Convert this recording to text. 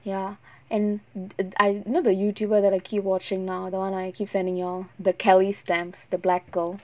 ya and I know the YouTuber that I keep watching now that [one] I keep sending you all the kelly stamps the black girl